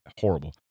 horrible